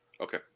Okay